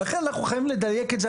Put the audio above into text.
ולכן אנחנו חייבים לדייק את זה,